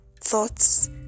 thoughts